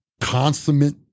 consummate